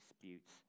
disputes